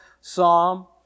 psalm